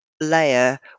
layer